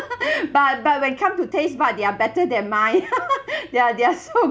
but but when come to taste bud they are better than mine ya they are so